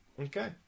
Okay